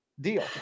Deal